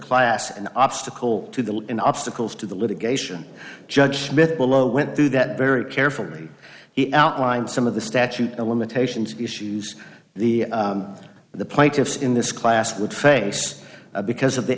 class and obstacle to the law in obstacles to the litigation judge smith below went through that very carefully he outlined some of the statute of limitations issues the the plaintiffs in this class would face because of the